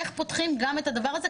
איך פותחים גם את הדבר הזה,